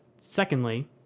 Secondly